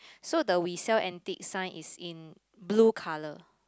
so the we sell antique sign is in blue colour